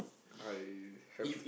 I have to